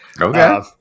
Okay